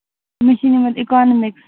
مےٚ چھُ نِمُت اِکانمِکٔس